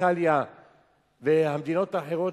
איטליה ומדינות אחרות,